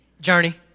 Journey